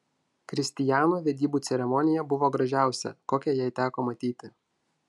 kristijano vedybų ceremonija buvo gražiausia kokią jai teko matyti